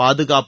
பாதுகாப்பு